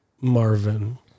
Marvin